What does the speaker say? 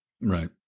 Right